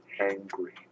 angry